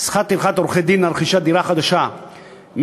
שכר טרחת עורכי-דין על רכישת דירה חדשה מ-1.5%